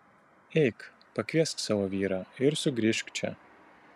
eik pakviesk savo vyrą ir sugrįžk čia